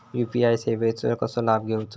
UPI सेवाचो कसो लाभ घेवचो?